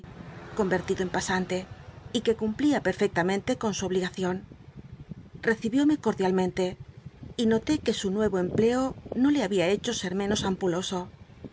conycrtido en pasante y que cumplía pcrfectamenle con su obligacion recibióme cordialmente y notó que ll nuc o empl eo no le había hecho ser menos ampuloso